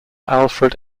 alfred